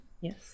Yes